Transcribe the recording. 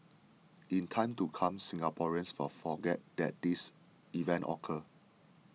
in time to come Singaporeans for forget that this event occur